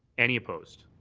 any opposed?